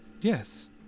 Yes